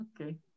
okay